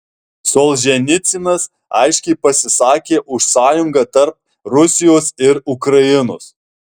solženicynas aiškiai pasisakė už sąjungą tarp rusijos ir ukrainos